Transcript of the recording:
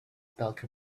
talk